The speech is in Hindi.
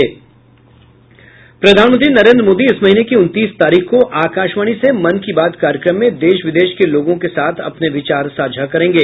प्रधानमंत्री नरेन्द्र मोदी इस महीने की उनतीस तारीख को आकाशवाणी से मन की बात कार्यक्रम में देश विदेश के लोगों के साथ अपने विचार साझा करेंगे